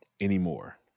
anymore